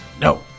No